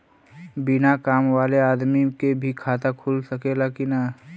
बिना काम वाले आदमी के भी खाता खुल सकेला की ना?